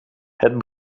het